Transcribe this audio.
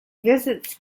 visits